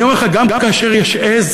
אני אומר לך: גם כאשר יש עז,